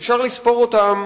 אפשר לספור אותם